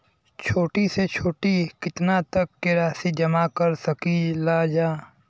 छोटी से छोटी कितना तक के राशि जमा कर सकीलाजा?